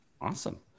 Awesome